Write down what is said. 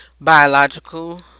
biological